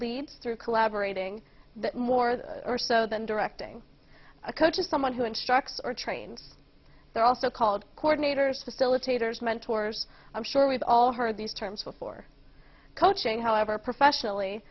leads through collaborating more than or so than directing a coach is someone who instructs or trains they're also called coordinators facilitators mentors i'm sure we've all heard these terms before coaching however professionally